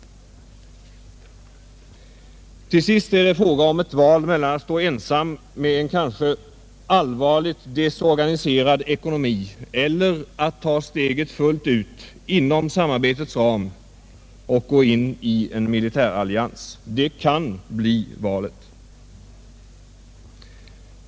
Till sist är det fråga om ett val mellan att stå ensam med en kanske allvarligt desorganiserad ekonomi eller att ta steget fullt ut inom samarbetets ram och gå in i en militärallians. Det kan bli valet.